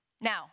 Now